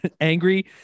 Angry